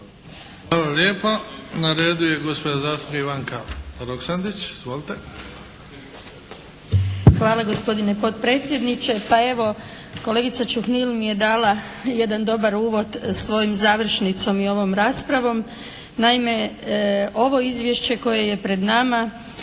Luka (HDZ)** Na redu je gospođa zastupnica Ivanka Roksandić. Izvolite. **Roksandić, Ivanka (HDZ)** Hvala gospodine potpredsjedniče. Pa evo, kolegica Čuhnil mi je dala jedan dobar uvod svojom završnicom i ovom raspravom. Naime, ovo izvješće koje je pred nama